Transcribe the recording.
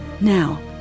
Now